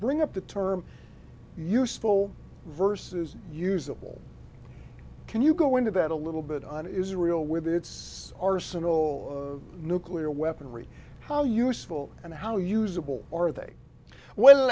bring up the term useful versus usable can you go into bed a little bit on israel with its arsenal nuclear weaponry how useful and how usable or they when